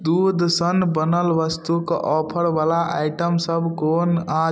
दूध सन बनल वस्तु के ऑफर बला आइटम सब कोन अछि